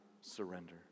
surrender